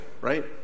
right